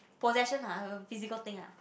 possession ah physical thing ah